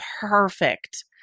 perfect